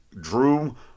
Drew